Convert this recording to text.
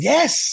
Yes